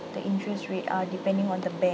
the interest rate are depending on the bank